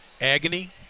agony